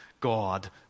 God